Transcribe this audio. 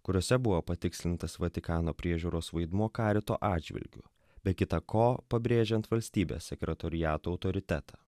kuriuose buvo patikslintas vatikano priežiūros vaidmuo karito atžvilgiu be kita ko pabrėžiant valstybės sekretoriato autoritetą